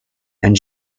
and